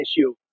issue